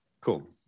Cool